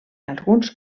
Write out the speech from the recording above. alguns